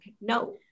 No